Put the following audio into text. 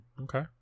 Okay